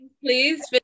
please